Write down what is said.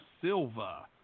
Silva